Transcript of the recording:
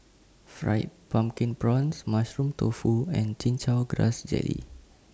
Fried Pumpkin Prawns Mushroom Tofu and Chin Chow Grass Jelly